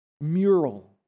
mural